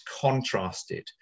contrasted